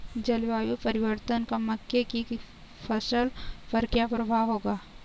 जलवायु परिवर्तन का मक्के की फसल पर क्या प्रभाव होगा?